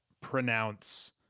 pronounce